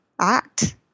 act